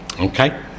Okay